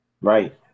Right